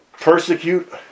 persecute